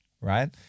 Right